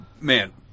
man